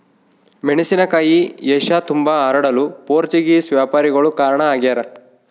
ಮೆಣಸಿನಕಾಯಿ ಏಷ್ಯತುಂಬಾ ಹರಡಲು ಪೋರ್ಚುಗೀಸ್ ವ್ಯಾಪಾರಿಗಳು ಕಾರಣ ಆಗ್ಯಾರ